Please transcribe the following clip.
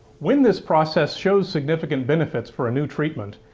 when this process shows significant benefits for a new treatment,